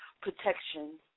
protection